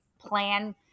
plan